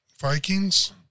Vikings